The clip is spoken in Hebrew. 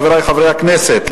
חברי חברי הכנסת,